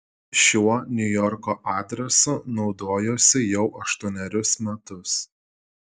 šiuo niujorko adresu naudojuosi jau aštuonerius metus